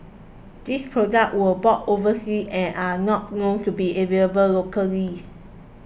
these products were bought overseas and are not known to be available locally